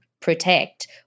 protect